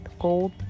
gold